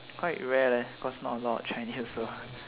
quite rare eh cause not a lot of chinese also